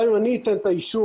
גם אם אני אתן את האישור,